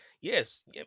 Yes